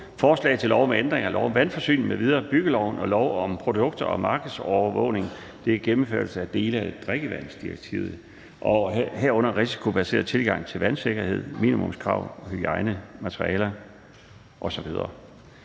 Forslag til lov om ændring af lov om vandforsyning m.v., byggeloven og lov om produkter og markedsovervågning. (Gennemførelse af dele af drikkevandsdirektivet, herunder risikobaseret tilgang til vandsikkerhed, minimumskrav til hygiejne for materialer,